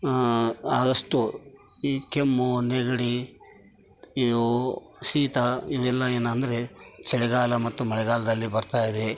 ಆ ಆದಷ್ಟು ಈ ಕೆಮ್ಮು ನೆಗಡಿ ಇವು ಶೀತ ಇವೆಲ್ಲ ಏನಂದರೆ ಚಳಿಗಾಲ ಮತ್ತು ಮಳೆಗಾಲದಲ್ಲಿ ಬರ್ತಾಯಿದೆ